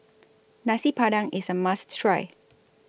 Nasi Padang IS A must Try